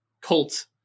cult